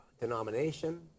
denomination